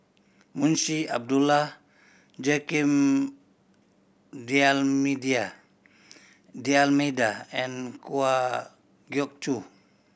Munshi Abdullah Joaquim D'Almeida and Kwa Geok Choo